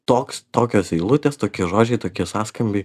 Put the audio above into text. toks tokios eilutės tokie žodžiai tokie sąskambiai